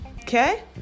okay